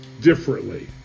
differently